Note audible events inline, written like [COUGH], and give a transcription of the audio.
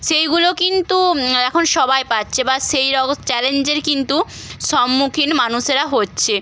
সেইগুলো কিন্তু এখন সবাই পাচ্ছে বা সেই [UNINTELLIGIBLE] চ্যালেঞ্জের কিন্তু সম্মুখীন মানুষেরা হচ্ছে